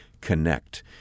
connect